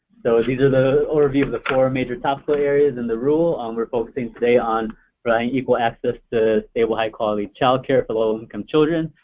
so these are the overview of the four major topical areas in the rule. we're focusing today on providing equal access to stable, high-quality childcare for low-income children,